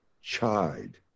chide